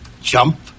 jump